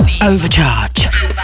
Overcharge